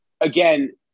again